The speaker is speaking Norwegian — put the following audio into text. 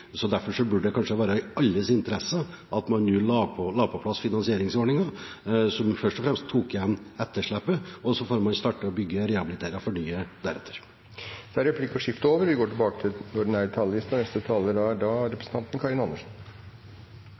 Derfor burde det kanskje være i alles interesse at man nå la på plass finansieringsordningen, så vi først og fremst tok igjen etterslepet. Så får man starte rehabiliteringen og fornyingen deretter. Replikkordskiftet er over. De talere som heretter får ordet, har også en taletid på inntil 3 minutter. Vi